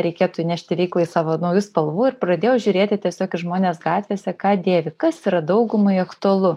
reikėtų įnešti veiklai savo naujų spalvų ir pradėjau žiūrėti tiesiog į žmones gatvėse ką dėvi kas yra daugumai aktualu